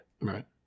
right